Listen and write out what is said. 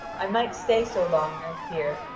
i might stay so long, i fear,